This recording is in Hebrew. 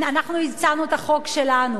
אנחנו הצענו את החוק שלנו.